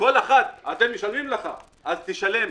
כל אחד: "משלמים לך אז תשלם".